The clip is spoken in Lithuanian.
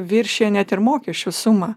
viršija net ir mokesčių sumą